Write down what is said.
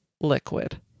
liquid